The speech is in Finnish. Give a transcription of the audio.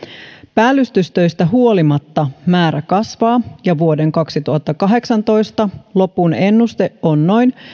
päällystystöistä huolimatta määrä kasvaa ja vuoden kaksituhattakahdeksantoista lopun ennuste on noin